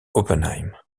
oppenheim